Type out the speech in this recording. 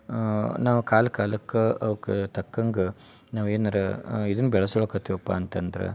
ನಾವು ಕಾಲ ಕಾಲಕ್ಕ ಅವ ತಕ್ಕಂಗ ನಾವು ಏನರ ಇದನ್ನ ಬೆಳ್ಸ್ಕೊಳೊಕತಿವಪ್ಪ ಅಂತಂದ್ರ